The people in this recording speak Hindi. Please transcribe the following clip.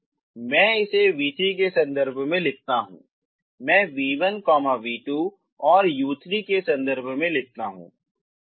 लेकिन मैं इसे v3 के संदर्भ में लिखता हूं मैं v1 v2 और u3 के संदर्भ में लिखता हूं